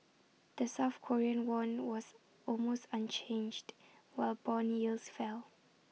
the south Korean won was almost unchanged while Bond yields fell